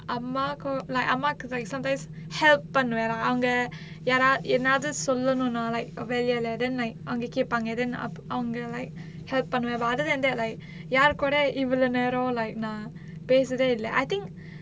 அம்மாக்கு:ammaakku like அம்மாக்கு:ammakku sometime help பண்ணுவேன் அவங்க யாராவ~ என்னாது சொல்லனுனா:pannuvaen avanga yaarava~ ennaathu sollanunaa like like வெளியில:veliyila then like அவங்க கேப்பாங்க:avanga keppaanga then அப்~ அவங்க:ap~ avanga like help பண்ணுவேன்:pannuvaen other than like யாரு கூட இவ்வளவு நேரம்:yaaru kooda ivvalavu neram like நா பேசுதே இல்ல:naa pesuthae illa I think